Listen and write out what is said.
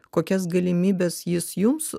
kokias galimybes jis jums